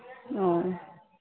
ओ